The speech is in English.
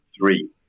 three